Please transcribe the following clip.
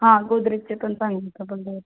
हा गोदरेजचे पण चांगले निघतात डबल डोअर